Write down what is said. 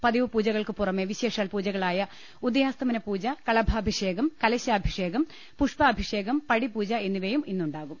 പതിവ് പൂജകൾക്ക് പുറമെ വിശേഷാൽ പൂജകളായ ഉദയാസ്തമന പൂജ കളഭാഭിഷേകം കലശാഭിഷേകം പുഷ്പാഭിഷേകം പടിപൂജ എന്നിവയും ഇന്നുണ്ടാകും